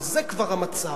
אבל זה כבר המצב.